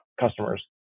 customers